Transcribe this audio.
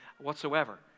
whatsoever